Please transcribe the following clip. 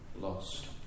lost